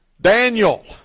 Daniel